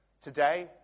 Today